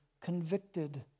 convicted